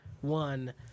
one